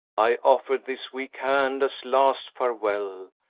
i offered this weak hand as last farewell,